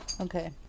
Okay